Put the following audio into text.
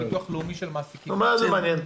מי נגד